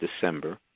December